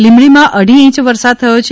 લીમડીમાં અઢી છેય વરસાદ થયો છે